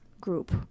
group